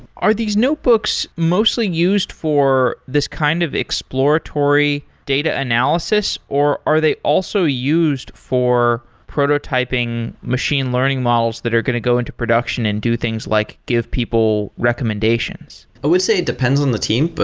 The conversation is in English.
are these notebooks mostly used for this kind of exploratory data analysis or are they also used for prototyping machine learning models that are going to go into production and do things like give people recommendations? i would say it depends on the team, but